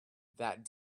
that